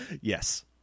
Yes